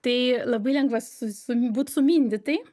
tai labai lengva su su būt sumindytai